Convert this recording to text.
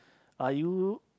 are you